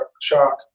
shock